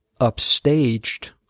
upstaged